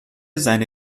seine